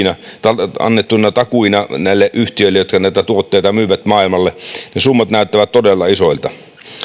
ja antamia takuita näille yhtiöille jotka näitä tuotteita myyvät maailmalle ne summat näyttävät todella isoilta